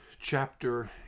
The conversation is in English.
chapter